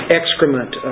excrement